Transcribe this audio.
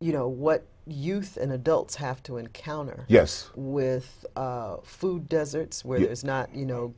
you know what youth and adults have to encounter yes with food deserts where there's not you know